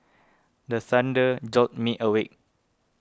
the thunder jolt me awake